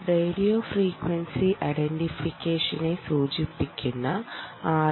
radio frequency ഐഡന്റിഫിക്കേഷനെ സൂചിപ്പിക്കുന്ന R